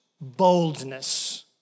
boldness